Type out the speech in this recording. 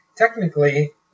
Technically